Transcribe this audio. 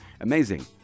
Amazing